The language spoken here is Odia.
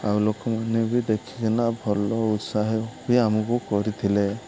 ଆଉ ଲୋକମାନେ ବି ଦେଖିକିନା ଭଲ ଉତ୍ସାହ ବି ଆମକୁ କରିଥିଲେ